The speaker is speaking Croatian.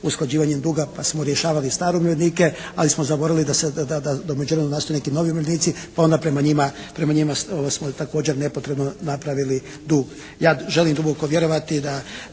usklađivanjem duga pa smo rješavali stare umirovljenike ali smo zaboravili da u međuvremenu nastaju neki novi umirovljenici pa onda prema njima, prema njima smo i također nepotrebno napravili dug. Ja želim duboko vjerovati da